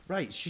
Right